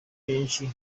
nyinshi